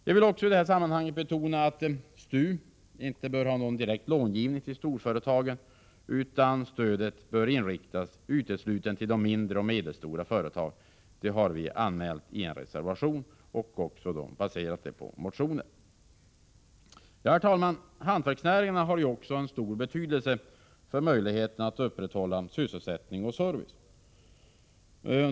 Jag vill också i detta sammanhang betona att STU inte bör ha någon direkt långivning till storföretagen, utan stödet bör inriktas att utgå uteslutande till de mindre och medelstora företagen. Det har vi anmält i en reservation och också baserat det på motioner. Herr talman! Hantverksnäringarna har en stor betydelse för möjligheterna att upprätthålla sysselsättning och service.